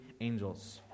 angels